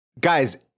Guys